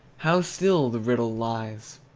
how still the riddle lies!